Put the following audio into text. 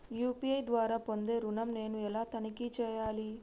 UPI ద్వారా పొందే ఋణం నేను ఎలా తనిఖీ చేయాలి?